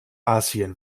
asien